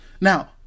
Now